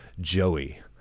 Joey